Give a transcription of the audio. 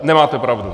Nemáte pravdu.